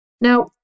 Now